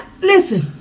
listen